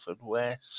West